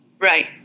Right